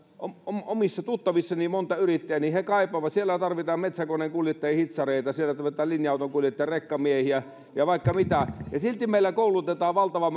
omissa tuttavissani on monta yrittäjää ja he kaipaavat metsäkoneenkuljettajia ja hitsareita siellä tarvitaan linja autonkuljettajia rekkamiehiä ja vaikka mitä mutta silti meillä koulutetaan valtava